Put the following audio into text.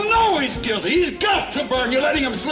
always give me yeah a um so